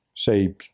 say